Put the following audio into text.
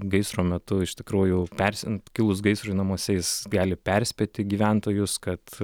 gaisro metu iš tikrųjų persint kilus gaisrui namuose jis gali perspėti gyventojus kad